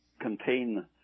contain